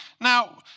Now